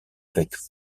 avec